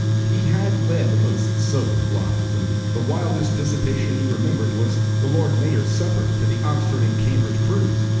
he had led the most sober of lives, and the wildest dissipation he remembered was the lord mayor's supper to the oxford and cambridge crews,